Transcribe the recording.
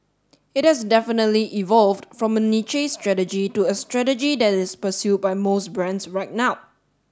it has definitely evolved from a niche strategy to a strategy that is pursued by most brands right now